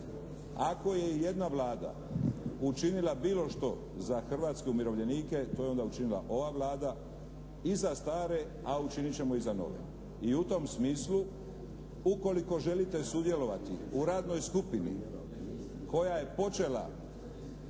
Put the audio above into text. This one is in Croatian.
ako je jedna Vlada učinila bilo što za hrvatske umirovljenike to je onda učinila ova Vlada i za stare a učinit ćemo i za nove. I u tom smislu ukoliko želite sudjelovati u radnoj skupini koja je počela